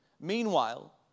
Meanwhile